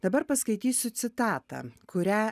dabar paskaitysiu citatą kurią